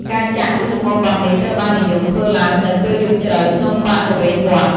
ការចាក់ ឬស្មូតបទនេះត្រូវបាននិយមធ្វើឡើងនៅ ពេលយប់ជ្រៅ ក្នុងបរិវេណវត្ត។